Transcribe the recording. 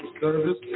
service